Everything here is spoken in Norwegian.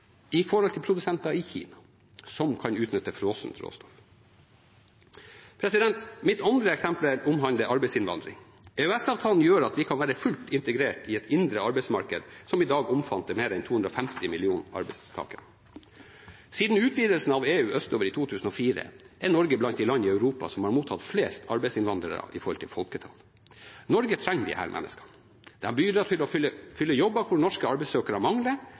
i forhold til produsenter i Kina, som kan utnytte frossent råstoff. Mitt andre eksempel omhandler arbeidsinnvandring. EØS-avtalen gjør at vi kan være fullt integrert i et indre arbeidsmarked som i dag omfatter mer enn 250 millioner arbeidstakere. Siden utvidelsen av EU østover i 2004 er Norge blant de land i Europa som har mottatt flest arbeidsinnvandrere i forhold til folketall. Norge trenger disse menneskene. De bidrar til å fylle jobber hvor norske arbeidssøkere mangler,